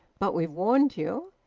but we've warned you.